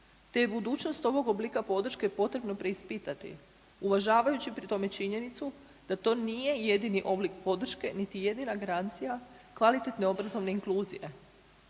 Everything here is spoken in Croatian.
te je budućnost ovog oblika podrške potrebno preispitati uvažavajući pri tome činjenicu da to nije jedini oblik podrške, niti jedina garancija kvalitetne obrazovne inkluzije.